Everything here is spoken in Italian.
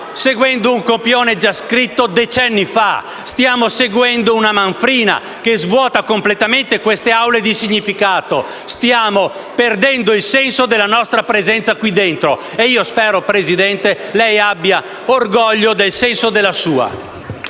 seguendo un copione già scritto decenni fa, stiamo seguendo una manfrina che svuota completamente queste Aule di significato, stiamo perdendo il senso della nostra presenza qui dentro. Io spero, Presidente, che lei abbia orgoglio del senso della sua.